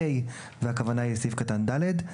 (ד)(ה)" והכוונה היא לסעיף קטן (ד).